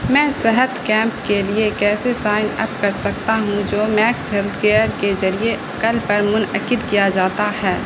میں صحت کیمپ کے لیے کیسے سائن اپ کر سکتا ہوں جو میکس ہیلتھ کیئر کے ذریعے کل پر منعقد کیا جاتا ہے